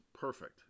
perfect